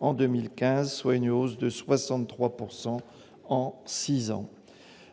en 2015, soit une hausse de 63 % en six ans.